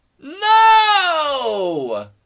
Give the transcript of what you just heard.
No